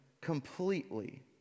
completely